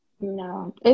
No